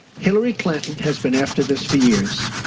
hillary clinton has been after this for years.